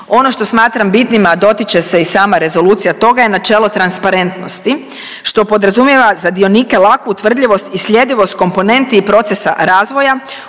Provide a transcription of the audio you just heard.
ono što smatram bitnim, a dotiče se i sama rezolucija toga je načelo transparentnosti što podrazumijeva za dionike laku utvrdljivost i sljedivost komponenti i procesa razvoja,